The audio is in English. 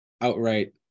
outright